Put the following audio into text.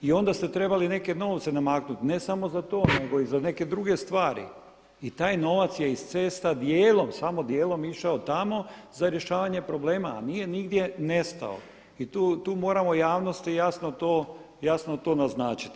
I onda ste trebali neke novce namaknuti, ne samo za to nego i za neke druge stvari i taj novac je iz cesta dijelom, samo dijelom išao tamo za rješavanje problema a nije nigdje nestao i tu moramo javnosti jasno to, jasno to naznačiti.